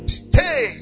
stay